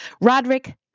Roderick